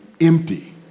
empty